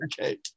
okay